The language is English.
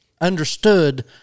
understood